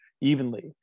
evenly